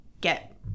get